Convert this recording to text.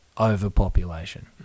Overpopulation